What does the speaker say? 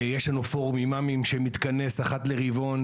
יש לנו פורום אימאמים שמתכנס אחת לרבעון,